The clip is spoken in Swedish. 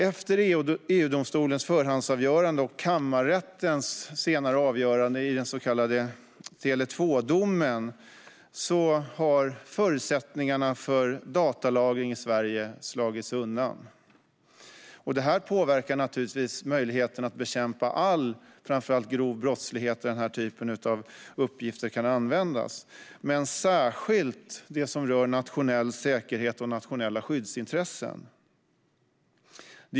Efter EU-domstolens förhandsavgörande och kammarrättens senare avgörande i den så kallade Tele 2-domen har förutsättningarna för datalagring i Sverige slagits undan. Detta påverkar naturligtvis möjligheterna att bekämpa all brottslighet - framför allt grov sådan - där denna typ av uppgifter kan användas. Särskilt gäller detta sådant som rör nationell säkerhet och nationella skyddsintressen.